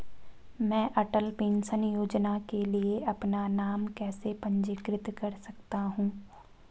मैं अटल पेंशन योजना के लिए अपना नाम कैसे पंजीकृत कर सकता हूं?